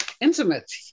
intimate